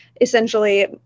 essentially